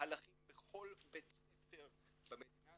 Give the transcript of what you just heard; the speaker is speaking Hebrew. מהלכים בכל בית ספר במדינה,